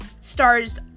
stars